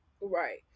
Right